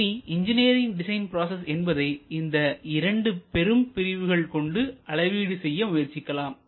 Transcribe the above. இனி engineering design process என்பதை இந்த இரண்டு பெரும் பிரிவுகள் கொண்டு அளவீடு செய்ய முயற்சிக்கலாம்